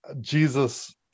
Jesus